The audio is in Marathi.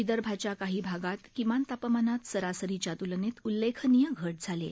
विदर्भाच्या काही भागात किमान तापमानात सरासरीच्या तुलनेत उल्लेखनीय घट झाली आहे